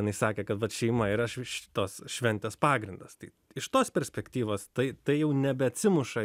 jinai sakė kad vat šeima yra šitos šventės pagrindas tai iš tos perspektyvos tai tai jau nebeatsimuša